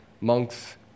monks